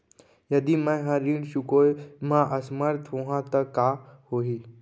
यदि मैं ह ऋण चुकोय म असमर्थ होहा त का होही?